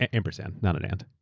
ah ampersand, not an and.